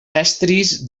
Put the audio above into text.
estris